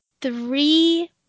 three